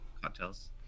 cocktails